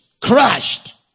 crashed